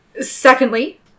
secondly